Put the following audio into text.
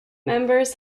members